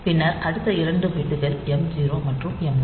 பின்னர் அடுத்த 2 பிட்கள் m0 மற்றும் m1